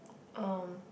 oh